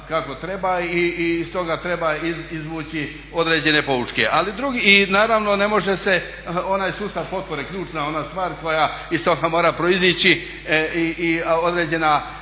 kako treba i stoga treba izvući određene poučke. I naravno ne može se onaj sustav potpore, ključna ona stvar koja iz toga mora proizići i određena